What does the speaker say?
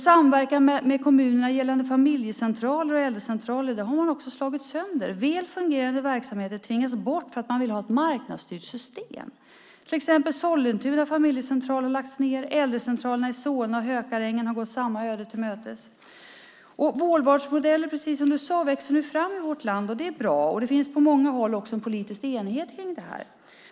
Samverkan med kommunerna gällande familjecentraler och äldrecentraler har man också slagit sönder. Väl fungerande verksamheter tvingas bort för att man vill ha ett marknadsstyrt system. Sollentuna familjecentral har lagts ned. Äldrecentralerna i Solna och Hökarängen har gått samma öde till mötes. Vårdvalsmodeller växer nu fram i vårt land, precis som ministern sade, och det är bra. Det finns på många håll också en politisk enighet kring det här.